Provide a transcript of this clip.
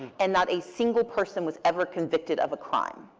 and not a single person was ever convicted of a crime.